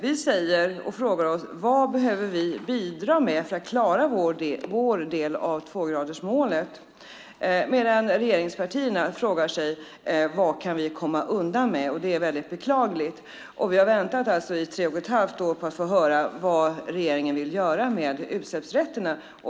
Vi frågar oss: Vad behöver vi bidra med för att klara vår del av tvågradersmålet? Regeringspartierna frågar sig: Vad kan vi komma undan med? Det är beklagligt. Vi har väntat i tre och ett halvt år på att få höra vad regeringen vill göra med utsläppsrätterna.